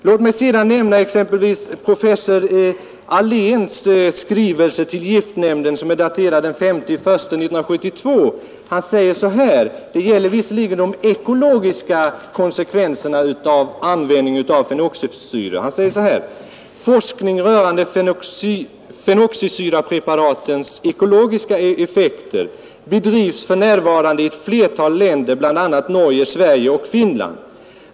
Låt mig sedan nämna exempelvis professor Ahléns skrivelse till giftnämnden, daterad den 5 januari 1972, även om denna gäller de ekologiska konsekvenserna av användning av fenoxisyror. Han säger där följande: ”Forskning rörande fenoxisyrapreparatens ekologiska effekter bedrivs f.n. i ett flertal länder bl.a. Norge, Sverige och Finland.